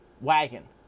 wagon